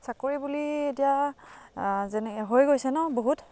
চাকৰি বুলি এতিয়া যেনেকৈ হৈ গৈছে ন বহুত